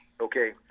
Okay